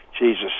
Jesus